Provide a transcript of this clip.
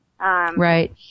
Right